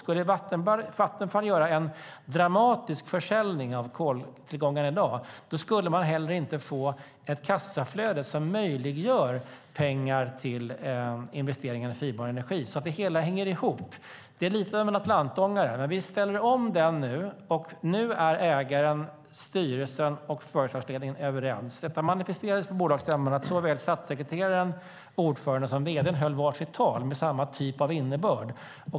Skulle Vattenfall göra en dramatisk försäljning av koltillgångarna i dag skulle de inte heller få ett kassaflöde som möjliggör pengar till investeringar i förnybar energi. Det hela hänger alltså ihop. Det är lite av en atlantångare, men nu vänder vi den. Nu är ägaren, styrelsen och företagsledningen överens. Detta manifesterades på bolagsstämman då statssekreteraren, ordföranden och vd:n höll var sitt tal med samma innebörd.